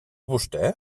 vostè